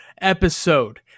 episode